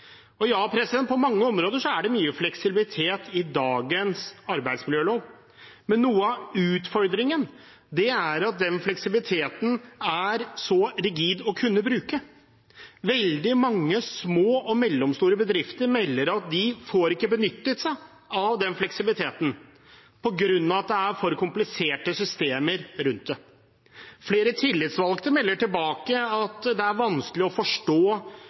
Ja, på mange områder er det mye fleksibilitet i dagens arbeidsmiljølov, men noe av utfordringen er at den fleksibiliteten er så rigid å kunne bruke. Veldig mange små og mellomstore bedrifter melder at de ikke får benyttet seg av den fleksibiliteten på grunn av at det er for kompliserte systemer rundt det. Flere tillitsvalgte melder tilbake at det er vanskelig å forstå